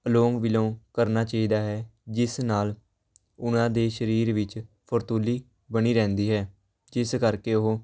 ਅਨੁਲੋਮ ਵਿਲੋਮ ਕਰਨਾ ਚਾਹੀਦਾ ਹੈ ਜਿਸ ਨਾਲ ਉਹਨਾਂ ਦੇ ਸਰੀਰ ਵਿੱਚ ਫਰਤੂਲੀ ਬਣੀ ਰਹਿੰਦੀ ਹੈ ਜਿਸ ਕਰਕੇ ਉਹ